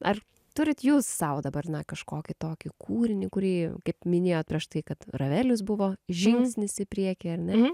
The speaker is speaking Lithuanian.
ar turit jūs sau dabar na kažkokį tokį kūrinį kurį kaip minėjot prieš tai kad ravelis buvo žingsnis į priekį ar ne